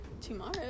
tomorrow